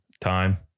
time